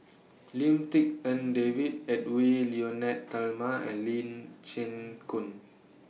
Lim Tik En David Edwy Lyonet Talma and Lee Chin Koon